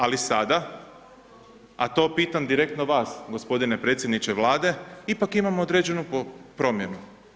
Ali sada a to pitam direktno vas, gospodine predsjedniče Vlade ipak imamo određenu promjenu.